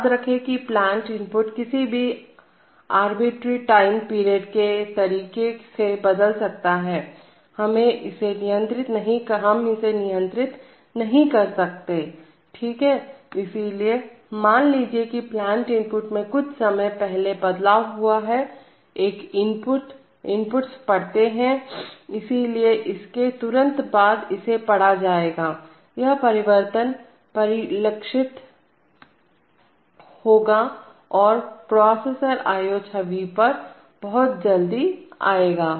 याद रखें कि प्लांट इनपुट किसी भी आरबीट्री टाइम पीरियड के तरीके से बदल सकता है हम इसे नियंत्रित नहीं कर सकते ठीक है इसलिए मान लीजिए कि प्लांट इनपुट में कुछ समय पहले बदलाव हुआ है एक इनपुट इनपुट्स पढ़े जाते हैं इसलिए इसके तुरंत बाद इसे पढ़ा जाएगा यह परिवर्तन परिलक्षित होगा और प्रोसेसर IO छवि पर बहुत जल्दी आएगा